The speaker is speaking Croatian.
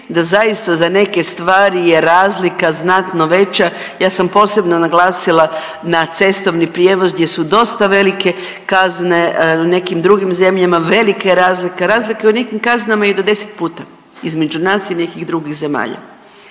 da zaista za neke stvari je razlika znatno veća. Ja sam posebno naglasila na cestovni prijevoz gdje su dosta velike kazne, u nekim drugim zemljama velike razlike, razlike u nekim kaznama i do deset puta između nas i nekih drugih zemalja.